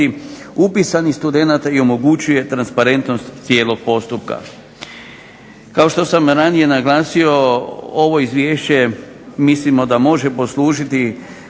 upisanih studenata i omogućuje transparentnost cijelog postupka. Kao što sam ranije naglasio ovo izvješće mislimo da može poslužiti